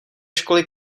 školy